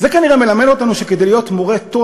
זה כנראה מלמד אותנו שכדי להיות מורה טוב